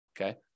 okay